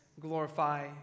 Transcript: glorify